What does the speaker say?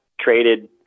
traded